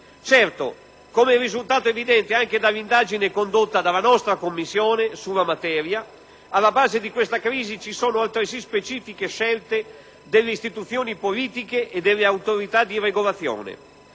Certo, come è risultato evidente anche dall'indagine condotta dalla nostra Commissione sulla materia, alla base di questa crisi ci sono altresì specifiche scelte delle istituzioni politiche e delle autorità dì regolazione.